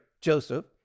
Joseph